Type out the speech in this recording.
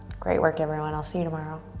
great work, everyone. i'll see you tomorrow.